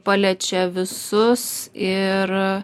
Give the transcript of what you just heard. paliečia visus ir